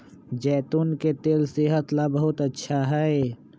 जैतून के तेल सेहत ला बहुत अच्छा हई